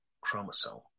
chromosome